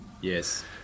yes